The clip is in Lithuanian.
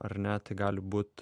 ar ne tai gali būt